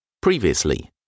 Previously